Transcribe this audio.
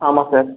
ஆமாம் சார்